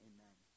Amen